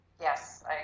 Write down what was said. Yes